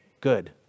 good